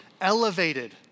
elevated